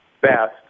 best